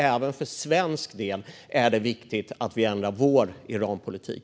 Även för svensk del är det alltså viktigt att vi ändrar vår Iranpolitik.